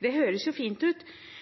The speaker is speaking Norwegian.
Det høres fint ut, men politikken SV fører i praksis, virker jo